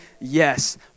yes